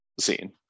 scene